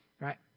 right